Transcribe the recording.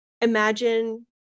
imagine